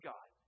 God